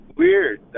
weird